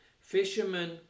Fishermen